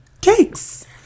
cakes